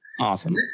Awesome